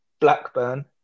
Blackburn